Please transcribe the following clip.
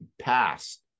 passed